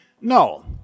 no